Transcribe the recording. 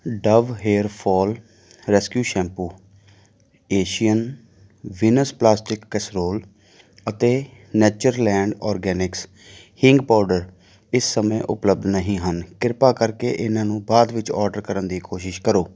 Dove hair fall rescue shampoo Asian Venus plastic casserole ਅਤੇ Natureland organics ਹੀਂਗ powder ਇਸ ਸਮੇਂ ਉਪਲੱਬਧ ਨਹੀਂ ਹਨ ਕ੍ਰਿਪਾ ਕਰਕੇ ਇਹਨਾਂ ਨੂੰ ਬਾਅਦ ਵਿੱਚ ਔਡਰ ਕਰਨ ਦੀ ਕੋਸ਼ਿਸ਼ ਕਰੋ